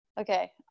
Okay